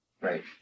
Right